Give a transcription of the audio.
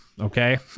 Okay